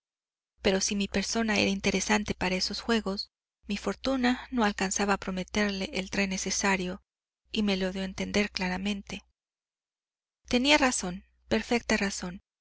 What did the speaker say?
pero si mi persona era interesante para esos juegos mi fortuna no alcanzaba a prometerle el tren necesario y me lo dió a entender claramente tenía razón perfecta razón